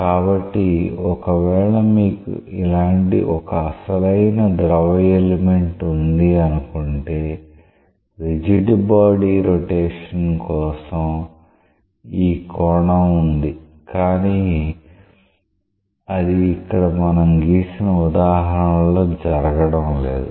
కాబట్టి ఒకవేళ మీకు ఇలాంటి ఒక అసలైన ద్రవ ఎలిమెంట్ ఉంది అనుకుంటేరిజిడ్ బాడీ రొటేషన్ కోసం ఈ కోణం ఉంది కానీ అది ఇక్కడ మనం గీసిన ఉదాహరణలో జరగడం లేదు